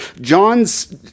John's